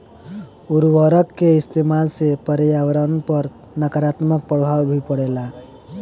उर्वरक के इस्तमाल से पर्यावरण पर नकारात्मक प्रभाव भी पड़ेला